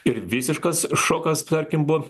ir visiškas šokas tarkim buvo